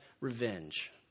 revenge